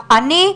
אני,